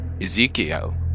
Ezekiel